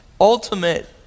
ultimate